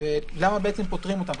ולמה בעצם פוטרים אותם?